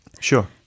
Sure